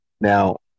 Now